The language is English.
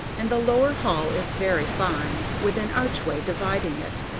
and the lower hall is very fine, with an archway dividing it,